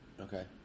Okay